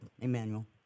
Emmanuel